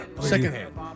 Secondhand